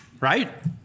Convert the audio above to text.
right